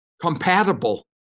compatible